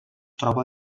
troba